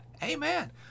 Amen